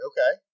Okay